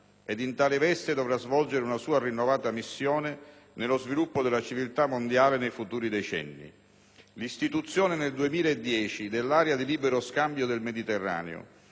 ed in tale veste dovrà svolgere una sua rinnovata missione nello sviluppo della civiltà mondiale nei futuri decenni. L'istituzione, nel 2010, dell'area di libero scambio del Mediterraneo